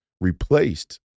replaced